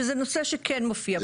שזה נושא שכן מופיע פה.